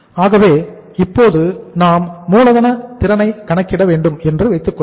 ஆகவே இப்போது நாம் மூலதன திறனை கணக்கிட வேண்டும் என்று வைத்துக்கொள்வோம்